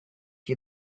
you